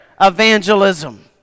evangelism